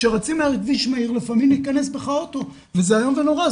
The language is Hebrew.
כשרצים בכביש מהיר לפעמים ייכנס בך רכב וזה איום ונורא,